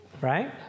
Right